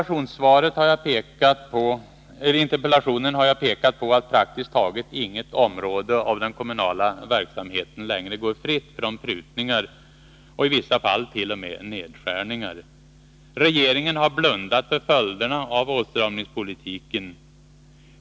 IT interpellationen har jag pekat på att praktiskt taget inget område av den kommunala verksamheten längre går fritt från prutningar, och i vissa fall är dett.o.m. fråga om nedskärningar. Regeringen har blundat för följderna av åtstramningspolitiken.